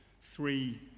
three